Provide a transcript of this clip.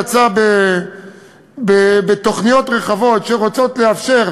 יצא בתוכניות רחבות שרוצות לאפשר,